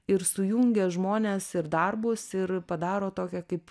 ir sujungia žmones ir darbus ir padaro tokią kaip